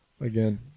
again